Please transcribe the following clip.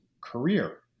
career